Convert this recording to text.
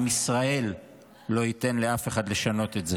עם ישראל לא ייתן לאף אחד לשנות את זה.